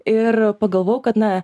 ir pagalvojau kad na